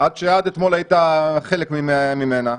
שעד אתמול היית חלק ממנה: